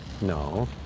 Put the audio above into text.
No